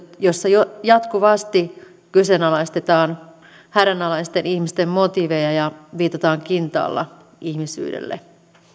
jossa jatkuvasti kyseenalaistetaan hädänalaisten ihmisten motiiveja ja viitataan kintaalla ihmisyydelle